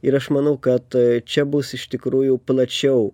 ir aš manau kad čia bus iš tikrųjų plačiau